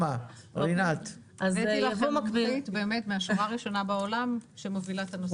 הבאתי לכם מומחית באמת מהשורה הראשונה בעולם שמובילה את הנושא.